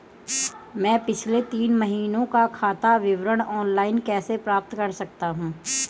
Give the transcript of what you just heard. मैं पिछले तीन महीनों का खाता विवरण ऑनलाइन कैसे प्राप्त कर सकता हूं?